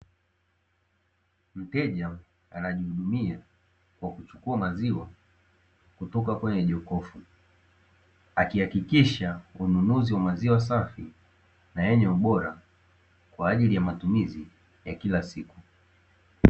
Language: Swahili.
Mteja anajihudumia kwa kuchukua maziwa kutoka kwenye jokofu, akihakikisha ununuzi wa maziwa safi na yenye ubora kwa ajili ya matumizi ya kila siku.